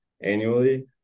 annually